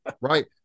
right